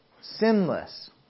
sinless